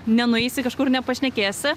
nenueisi kažkur nepašnekėsi